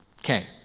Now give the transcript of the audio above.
Okay